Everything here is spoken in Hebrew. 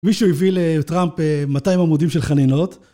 מישהו הביא לטראמפ 200 עמודים של חנינות